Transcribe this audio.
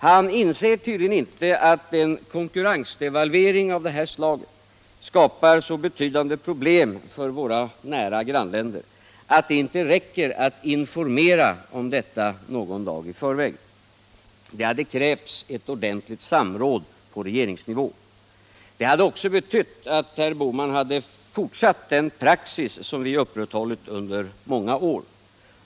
Han inser tydligen inte att en konkurrensdevalvering av detta slag skapar så betydande problem för våra nära grannländer att det inte räcker att informera om en sådan åtgärd någon dag i förväg. Det hade krävts ett ordentligt samråd på regeringsnivå. Det hade också betytt att herr Bohman hade fortsatt den praxis som vi upprätthållit under många år.